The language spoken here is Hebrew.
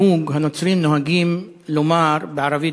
הנוצרים נוהגים לומר בערבית,